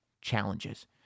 challenges